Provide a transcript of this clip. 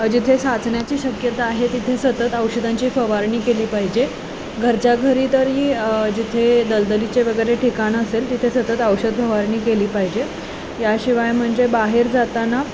जिथे साचण्याची शक्यता आहे तिथे सतत औषधांची फवारणी केली पाहिजे घरच्या घरी तरी जिथे दलदलीचे वगैरे ठिकाण असेल तिथे सतत औषध फवारणी केली पाहिजे याशिवाय म्हणजे बाहेर जाताना